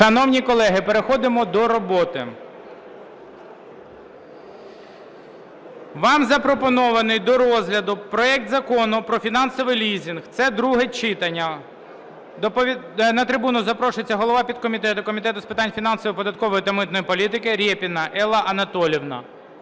Шановні колеги, переходимо до роботи. Вам запропонований до розгляду проект Закону про фінансовий лізинг, це друге читання. На трибуну запрошується голова підкомітету Комітету з питань фінансової, податкової та митної політики Рєпіна Елла Анатоліївна,